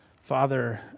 Father